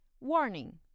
Warning